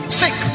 sick